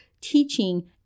teaching